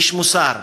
איש מוסר,